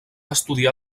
estudiar